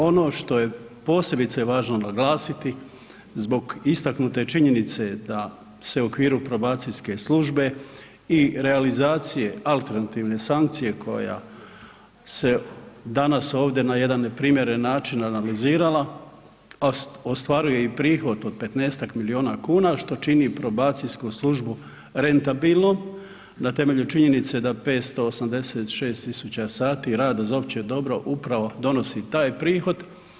Ono što je posebice važno naglasiti zbog istaknute činjenice da se u okviru probacijske službe i realizacije alternativne sankcije koja se danas ovdje na jedan primjeran način analizirala ostvaruje i prihod od 15-tak miliona kuna što čini probacijsku službu rentabilnom na temelju činjenice da 586.000 sati rada za opće dobro upravo donosi taj prihod.